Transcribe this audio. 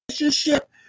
relationship